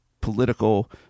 political